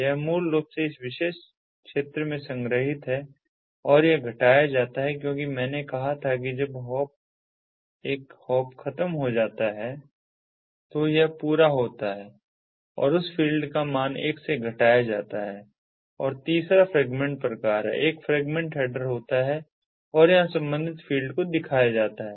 यह मूल रूप से इस विशेष क्षेत्र में संग्रहित है और यह घटाया जाता है क्योंकि मैंने कहा था कि जब हॉप एक हॉप खत्म हो जाता है तो यह पूरा होता है उस फ़ील्ड का मान 1 से घटाया जाता है और तीसरा फ्रेगमेंट प्रकार एक फ्रेगमेंट हैडर होता है और यहाँ संबंधित फ़ील्ड को दिखाया जाता है